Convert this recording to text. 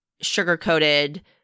sugar-coated